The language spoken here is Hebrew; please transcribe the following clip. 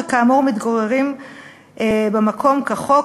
שכאמור מתגוררים במקום כחוק,